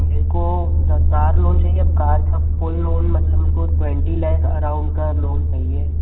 मेरे को the car loan चाहिए अब कार का फुल लोन मतलब मेरे को ट्वेंटी लाख अराउंड का लोन चाहिए